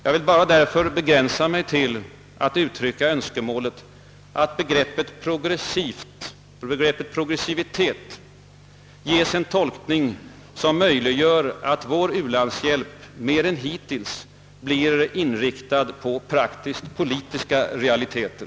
Jag begränsar mig därför till att uttrycka önskemålet att begreppet »progressivitet» ges en tolkning som möjliggör att vår u-landshjälp mer än hittills blir inriktad på praktiskt-politiska realiteter.